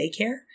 daycare